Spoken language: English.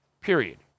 period